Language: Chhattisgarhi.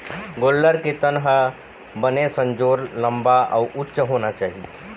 गोल्लर के तन ह बने संजोर, लंबा अउ उच्च होना चाही